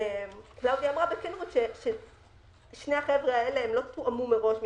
אמרה בכנות ששני החבר'ה האלה לא תואמו מראש,